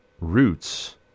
roots